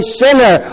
sinner